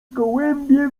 gołębie